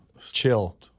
chill